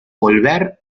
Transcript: volver